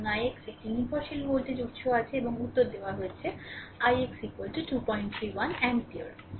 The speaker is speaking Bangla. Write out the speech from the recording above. সুতরাং ix একটি নির্ভরশীল ভোল্টেজ উৎস আছে এবং উত্তর দেওয়া হয় ix 231 অ্যাম্পিয়ার